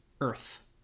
Earth